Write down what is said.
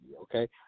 okay –